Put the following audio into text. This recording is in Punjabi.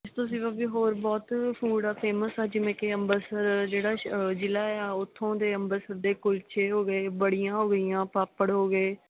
ਤੁਸੀਂ ਕਿਉਂਕਿ ਹੋਰ ਬਹੁਤ ਫੂਡ ਆ ਫੇਮਸ ਆ ਜਿਵੇਂ ਕਿ ਅੰਬਰਸਰ ਜਿਹੜਾ ਸ਼ ਅ ਜਿਲ੍ਹਾ ਹੈ ਆ ਉੱਥੋਂ ਦੇ ਅੰਬਰਸਰ ਦੇ ਕੁਲਚੇ ਹੋ ਗਏ ਬੜੀਆਂ ਹੋ ਗਈਆਂ ਪਾਪੜ ਹੋ ਗਏ